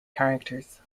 characters